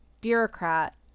bureaucrat